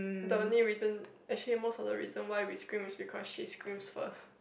the only reason actually most of the reason why we scream is because she scream first